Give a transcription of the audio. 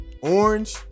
Orange